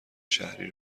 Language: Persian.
شهری